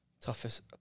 Toughest